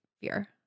Fear